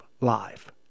life